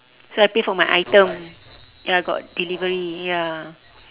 so I pay for my item ya got delivery ya